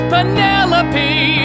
Penelope